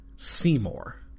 Seymour